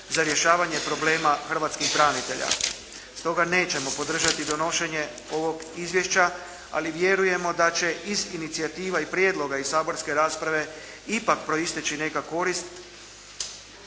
za rješavanje problema hrvatskih branitelja, stoga nećemo podržati donošenje ovog izvješća, ali vjerujemo da će iz inicijativa i prijedloga iz saborske rasprave ipak proisteći neka korist